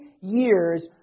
years